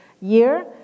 year